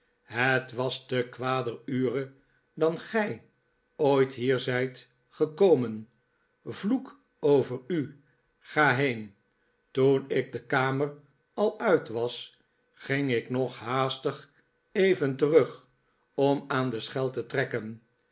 het was te kwader ure dan gij ooit hier zijt gekomen vloek over u ga heen toen ik de kamer al uit was ging ik nog haastig even terug om aan de schel te trekken